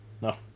No